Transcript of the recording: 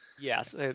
Yes